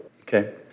okay